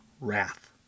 wrath